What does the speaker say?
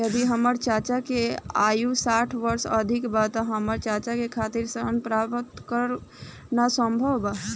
यदि हमार चाचा के आयु साठ वर्ष से अधिक बा त का हमार चाचा के खातिर ऋण प्राप्त करना संभव बा?